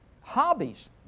Hobbies